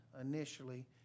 initially